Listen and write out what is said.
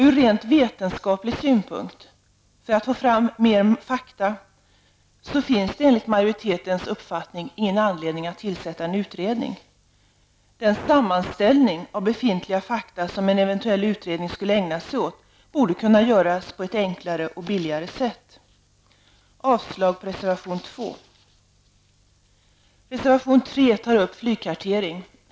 Ur rent vetenskaplig synpunkt, för att få fram fler fakta, finns det enligt majoritetens uppfattning ingen anledning att tillsätta en utredning. Den sammanställning av befintliga fakta som en eventuell utredning skulle ägna sig åt borde kunna göras på ett enklare och billigare sätt. Jag yrkar avslag på reservation 2. I reservation 3 tas flygkartering upp.